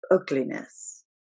ugliness